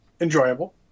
enjoyable